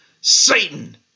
Satan